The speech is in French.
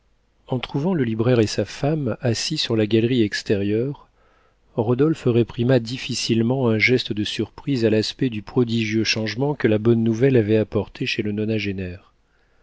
en trouvant le libraire et sa femme assis sur la galerie extérieure rodolphe réprima difficilement un geste de surprise à l'aspect du prodigieux changement que la bonne nouvelle avait apporté chez le